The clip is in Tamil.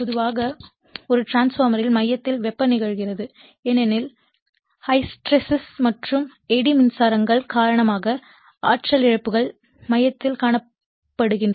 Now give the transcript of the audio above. இப்போது பொதுவாக ஒரு டிரான்ஸ்பார்மர்யில் மையத்தில் வெப்பம் நிகழ்கிறது ஏனெனில் ஹிஸ்டெரெசிஸ் மற்றும் எடி மின்சாரங்கள் காரணமாக ஆற்றல் இழப்புகள் மையத்தில் காண்பிக்கப்படுகின்றன